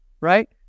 right